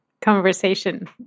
conversation